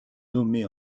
nommée